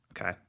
okay